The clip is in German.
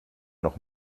noch